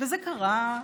וזה קרה.